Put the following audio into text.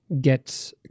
get